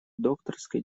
докторской